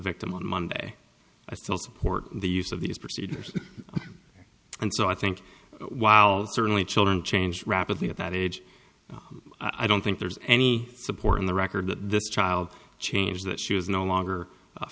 victim on monday i still support the use of these procedures and so i think while certainly children change rapidly at that age i don't think there's any support in the record that this child change that she was no longer